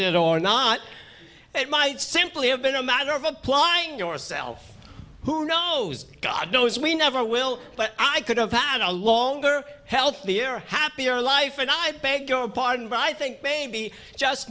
it or not it might simply have been a matter of applying yourself who knows god knows we never will but i could have found a longer healthier happier life and i beg your pardon but i think maybe just